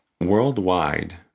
Worldwide